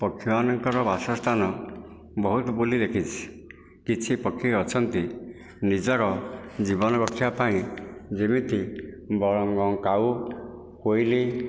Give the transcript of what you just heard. ପକ୍ଷୀ ମାନଙ୍କର ବାସ ସ୍ଥାନ ବହୁତ ବୁଲି ଦେଖିଛି କିଛି ପକ୍ଷୀ ଅଛନ୍ତି ନିଜର ଜୀବନ ରଖିବା ପାଇଁ ଯେମିତି କାଉ କୋଇଲି